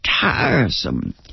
tiresome